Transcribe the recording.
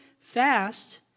Fast